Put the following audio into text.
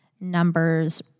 numbers